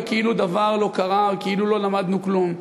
וכאילו דבר לא קרה וכאילו לא למדנו כלום.